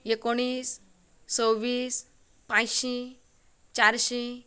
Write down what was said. एकोणीस सव्वीस पांचशीं चारशीं